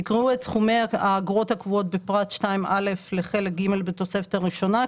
יקראו את סכומי האגרות הקבועים בפרט 2(א) בחלק ג' בתוספת הראשונה,